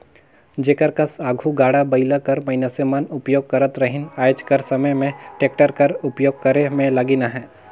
जेकर कस आघु गाड़ा बइला कर मइनसे मन उपियोग करत रहिन आएज कर समे में टेक्टर कर उपियोग करे में लगिन अहें